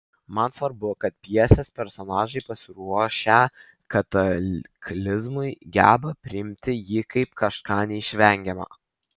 man svarbu kad pjesės personažai pasiruošę kataklizmui geba priimti jį kaip kažką neišvengiama